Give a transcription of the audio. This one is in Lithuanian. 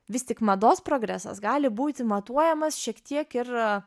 vis tik mados progresas gali būti matuojamas šiek tiek ir